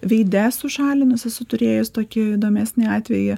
veide esu šalinus esu turėjus tokį įdomesnį atvejį